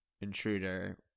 intruder